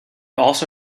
also